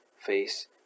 face